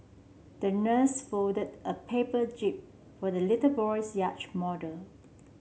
the nurse folded a paper jib for the little boy's yacht model